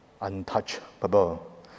Untouchable